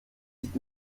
sieht